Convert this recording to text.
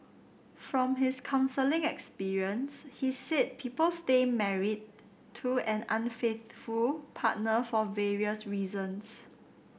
from his counselling experience he said people stay married to an unfaithful partner for various reasons